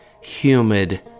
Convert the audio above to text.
humid